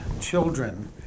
children